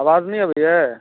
आवाज नहि अबैए